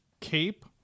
Cape